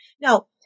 Now